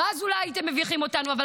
ואז אולי הייתם מביכים אותנו --- תודה.